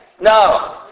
No